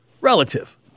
relative